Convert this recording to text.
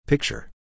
Picture